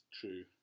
true